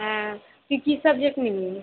হ্যাঁ তুই কী সাবজেক্ট নিবি